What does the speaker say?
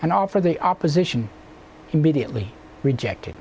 and all for the opposition immediately rejected